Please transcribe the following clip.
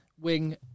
wing